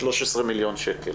13 מיליון שקל,